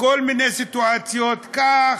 בכל מיני סיטואציות: קח,